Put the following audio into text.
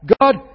God